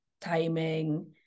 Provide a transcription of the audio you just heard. timing